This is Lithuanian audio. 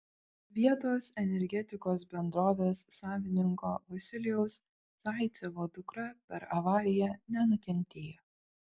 vietos energetikos bendrovės savininko vasilijaus zaicevo dukra per avariją nenukentėjo